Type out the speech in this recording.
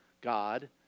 God